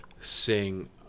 sing